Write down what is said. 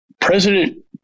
President